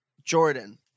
Jordan